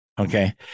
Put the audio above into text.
Okay